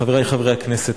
חברי חברי הכנסת,